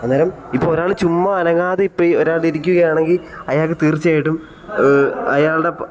അന്നേരം ഇപ്പോൾ ഒരാൾ ചുമ്മാ അനങ്ങാതെ ഇപ്പം ഒരാളിരിക്കുകയാണെങ്കിൽ അയാൾക്ക് തീർച്ചയായിട്ടും അയാളുടെ